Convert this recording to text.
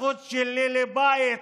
הזכות שלי לבית,